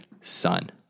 son